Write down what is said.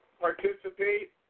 participate